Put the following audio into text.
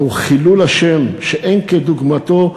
זהו חילול השם שאין כדוגמתו,